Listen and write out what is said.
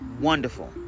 Wonderful